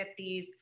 50s